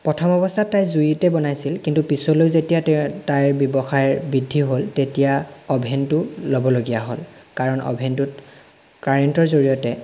প্ৰথম অৱস্থাত তাই জুইতেই বনাইছিল কিন্তু পিছলৈ যেতিয়া তে তাইৰ ব্যৱসায় বৃদ্ধি হ'ল তেতিয়া অ'ভেনটো ল'বলগীয়া হ'ল কাৰণ অ'ভেনটোত কাৰেণ্টৰ জৰিয়তে